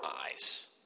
eyes